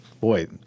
boy